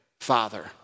Father